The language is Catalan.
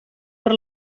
per